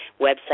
website